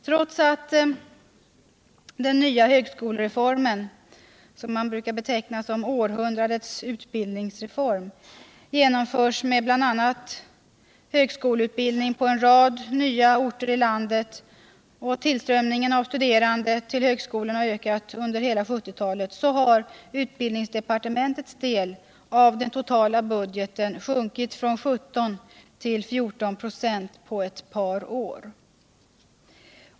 Trots att den nya högskolereformen, ”århundradets utbildningsreform”, genomförs med bl.a. högskoleutbildning på en rad nya orter i landet och trots att tillströmningen av studerande till högskolorna har ökat under hela 1970-talet, har utbildningsdepartementets del av den totala budgeten sjunkit från 17 till 14 96 på ett par år.